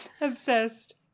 Obsessed